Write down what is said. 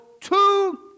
Two